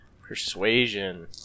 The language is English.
Persuasion